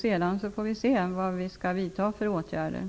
Sedan får vi se vilka åtgärder vi skall vidta.